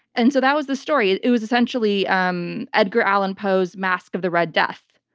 and so that was the story. it it was essentially um edgar allan poe's masque of the red death.